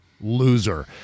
loser